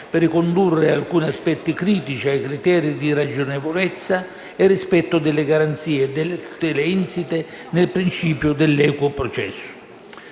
per ricondurre alcuni aspetti critici ai criteri di ragionevolezza e rispetto delle garanzie e delle tutele insite nel principio dell'equo processo.